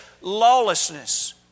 lawlessness